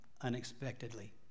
unexpectedly